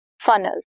funnels